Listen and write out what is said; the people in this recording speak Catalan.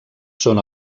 són